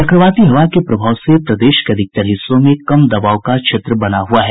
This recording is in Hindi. चक्रवाती हवा के प्रभाव से प्रदेश के अधिकतर हिस्सों में कम दबाव का क्षेत्र बना हुआ है